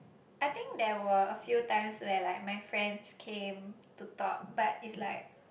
I think there were a few times where like my friends came to talk but it's like